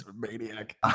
maniac